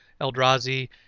Eldrazi